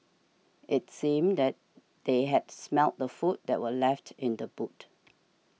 it seemed that they had smelt the food that were left in the boot